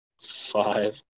Five